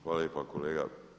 Hvala lijepa kolega.